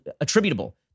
attributable